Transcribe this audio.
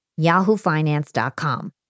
yahoofinance.com